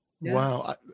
wow